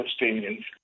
Palestinians